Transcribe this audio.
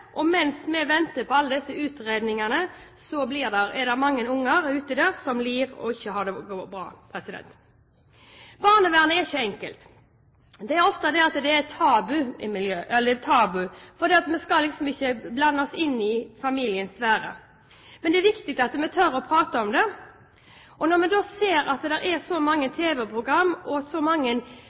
mange unger der ute som lider og ikke har det bra. Barnevernet er ikke enkelt. Det er ofte tabubelagt, for vi skal liksom ikke blande oss inn i familiens sfære. Men det er viktig at vi tør å prate om det. Når vi ser at det er så mange tv-program og så mange